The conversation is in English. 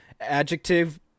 adjective